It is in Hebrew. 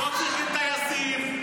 לא צריכים טייסים,